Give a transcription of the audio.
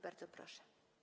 Bardzo proszę.